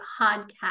podcast